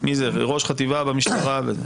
מזה וראש חטיבה במשטרה וזה.